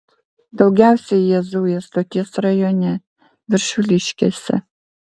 daugiausiai jie zuja stoties rajone viršuliškėse